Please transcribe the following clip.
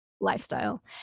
lifestyle